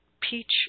peach